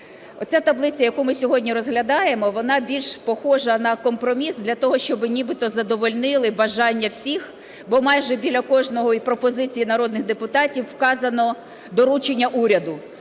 оця таблиця, яку ми сьогодні розглядаємо, вона більш схожа на компроміс для того, щоби нібито задовольнили бажання всіх, бо майже біля кожної пропозиції народних депутатів вказано доручення уряду,